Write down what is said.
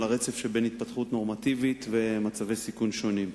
על רצף שבין התפתחות נורמטיבית למצבי סיכון שונים.